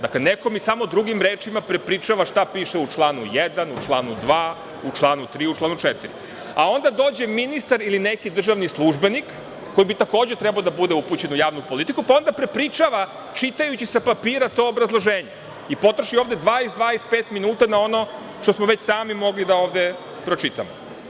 Dakle, neko mi samo drugim rečima prepričava šta piše u članu 1, članu 2, članu 3, članu 4. A, onda dođe ministar ili neki državni službenik koji bi takođe trebalo da bude upućen u javnu politiku, pa onda prepričava čitajući sa papira to obrazloženje i potroši ovde 20, 25 minuta na ono što smo već sami mogli da ovde pročitamo.